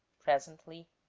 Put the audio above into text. presently,